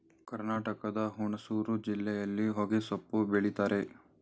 ಕರ್ನಾಟಕದ ಹುಣಸೂರು ಜಿಲ್ಲೆಯಲ್ಲಿ ಹೊಗೆಸೊಪ್ಪು ಬೆಳಿತರೆ